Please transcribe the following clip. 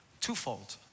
Twofold